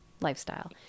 lifestyle